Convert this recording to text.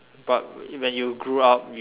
but when you grew up you